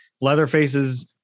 Leatherface's